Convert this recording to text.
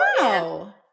Wow